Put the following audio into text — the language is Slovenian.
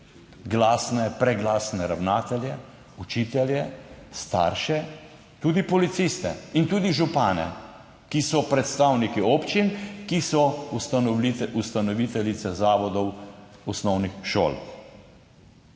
glasne, preglasne ravnatelje, učitelje, starše, tudi policiste in tudi župane, ki so predstavniki občin, ki so ustanoviteljice zavodov, osnovnih šol.